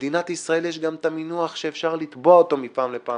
במדינת ישראל יש גם את המינוח שאפשר לתבוע אותו מפעם לפעם